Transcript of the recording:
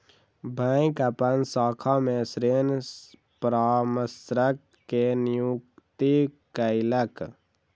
bank अपन शाखा में ऋण परामर्शक के नियुक्ति कयलक